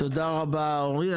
תודה רבה אורי.